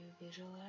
visualize